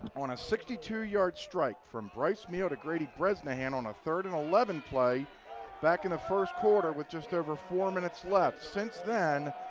on a sixty two yard strike from bryce meehl to grady bresnahan on a third and eleven play back in the first quarter when just over four minutes left. since then,